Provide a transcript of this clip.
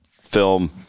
film